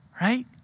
Right